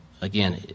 again